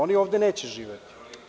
Oni ovde neće živeti.